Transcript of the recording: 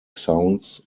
sounds